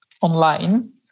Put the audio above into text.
online